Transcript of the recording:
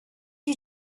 you